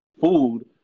food